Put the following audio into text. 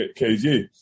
KG